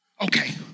Okay